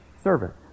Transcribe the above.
servant